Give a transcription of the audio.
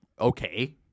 okay